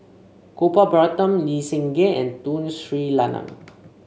Gopal Baratham Lee Seng Gee and Tun Sri Lanang